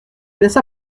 laissa